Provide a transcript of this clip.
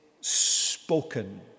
spoken